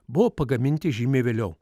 buvo pagaminti žymiai vėliau